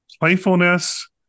playfulness